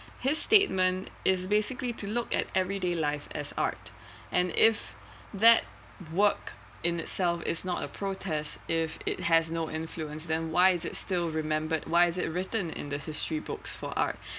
his statement is basically to look at everyday life as art and if that work in itself is not a protest if it has no influence then why is it still remembered why is it written in the history books for art